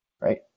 right